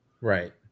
right